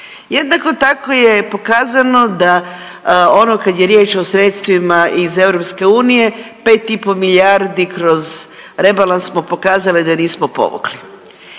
Jednako tako je pokazano da ono kad je riječ o sredstvima iz EU 5,5 milijardi kroz rebalans smo pokazali da nismo povukli